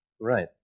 Right